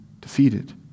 defeated